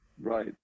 Right